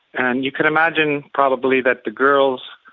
and you can imagine probably that the girls,